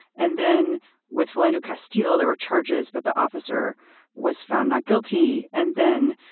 and then with flender castiel, there were charges, but the officer was found not guilty. and then,